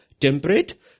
Temperate